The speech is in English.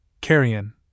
Carrion